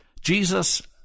Jesus